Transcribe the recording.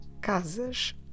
casas